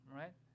right